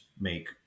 make